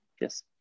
yes